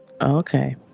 Okay